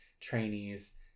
trainees